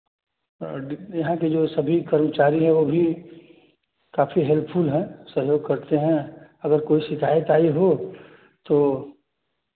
यहाँ के जो सभी कर्मचारी हैं वह भी काफ़ी हेल्पफुल हैं सहयोग करते हैं अगर कोई शिकायत आई हो तो